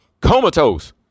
Comatose